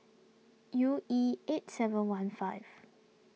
U E eight seven one five